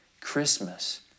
Christmas